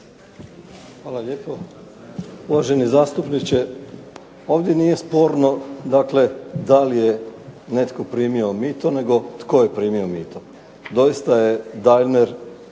Hvala lijepo. Uvaženi zastupniče, ovdje nije sporno, dakle da li je netko primio mito nego tko je primio mito. Doista je Daimler